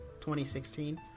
2016